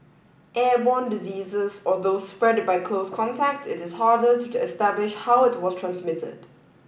airborne diseases or those spread by close contact it is harder to establish how it was transmitted